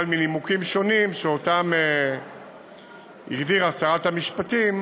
אבל מנימוקים שונים שאותם הגדירה שרת המשפטים,